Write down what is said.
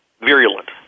virulent